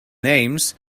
names